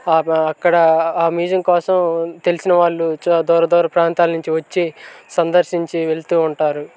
ఆ అక్కడ ఆ మ్యూజియం కోసం తెలిసిన వాళ్ళు దూర దూర ప్రాంతాల నుంచి వచ్చి సందర్శించి వెళుతూ ఉంటారు